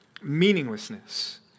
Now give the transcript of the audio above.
Meaninglessness